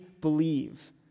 believe